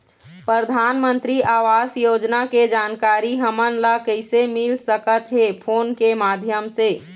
परधानमंतरी आवास योजना के जानकारी हमन ला कइसे मिल सकत हे, फोन के माध्यम से?